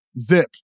Zip